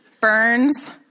burns